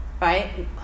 right